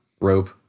rope